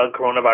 coronavirus